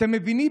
אתם מבינים?